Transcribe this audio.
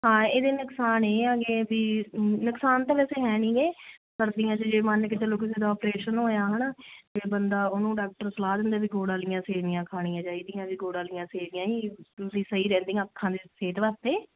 ਹਾਂ ਇਹਦੇ ਨੁਕਸਾਨ ਇਹ ਹੈਗੇ ਵੀ ਨੁਕਸਾਨ ਤਾਂ ਵੈਸੇ ਹੈ ਨੀ ਗੇ ਸਰਦੀਆ 'ਚ ਜੇ ਮੰਨ ਕੇ ਚਲੋ ਕਿਸੇ ਦਾ ਆਪਰੇਸ਼ਨ ਹੋਇਆ ਹਨਾ ਤੇ ਬੰਦਾ ਉਹਨੂੰ ਡਾਕਟਰ ਸਲਾਹ ਦਿੰਦੇ ਵੀ ਗੁੜ ਵਾਲੀਆਂ ਸੇਵੀਆਂ ਖਾਣੀਆਂ ਚਾਹੀਦੀਆਂ ਵੀ ਗੁੜ ਵਾਲੀਆਂ ਸੇਵੀਆਂ ਹੀ ਤੁਸੀਂ ਸਹੀ ਰਹਿੰਦੀਆਂ ਅੱਖਾਂ ਦੇ ਸਿਹਤ ਵਾਸਤੇ